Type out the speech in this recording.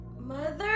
mother